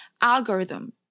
algorithm